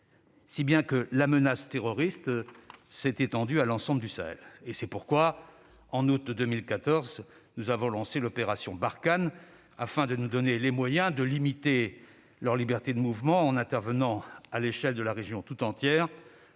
Si bien que la menace terroriste s'est étendue à l'ensemble du Sahel. C'est pourquoi, en août 2014, nous avons lancé l'opération Barkhane afin de nous donner les moyens de limiter leur liberté de mouvement en intervenant à l'échelle de la région tout entière